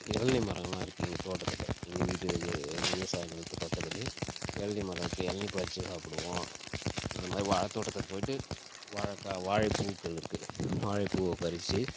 இளநீ மரம்லாம் இருக்கு எங்கள் தோட்டத்தில் எங்கள் வீட்டு இது எங்கள் விவசாய நிலத்து பக்கத்துல இளநீ மரம் இருக்கு இளநீ பறிச்சு சாப்பிடுவோம் அதமாதிரி வாழை தோட்டத்தில் போயிவிட்டு வாழக்காய் வாழைப்பூக்கள் இருக்கு வாழைப்பூவை பறிச்சு